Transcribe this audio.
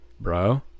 Bro